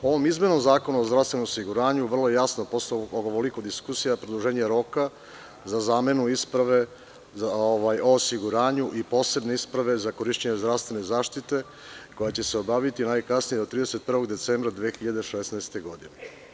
Ovom izmenom Zakona o zdravstvenom osiguranju, vrlo je jasno posle ovoliko diskusija, produženja roka za zamenu izmene o osiguranju i posebne isprave za korišćenje zdravstvene zaštite koja će se obaviti najkasnije do 31. decembra 2016. godine.